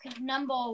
number